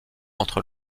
entre